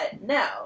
no